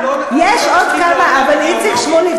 איציק שמולי,